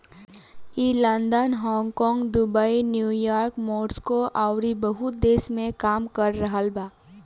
ई London, Hong Kong, Dubai, New York, Moscow अउरी बहुते देश में काम कर रहल बा